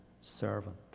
servant